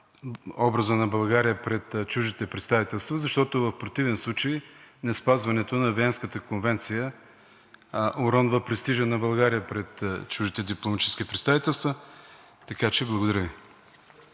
образа на България пред чуждите представителства, защото в противен случай неспазването на Виенската конвенция уронва престижа на България пред чуждите дипломатически представителства. Благодаря Ви.